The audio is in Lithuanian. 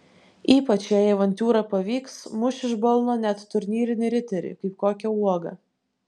ypač jei avantiūra pavyks muš iš balno net turnyrinį riterį kaip kokią uogą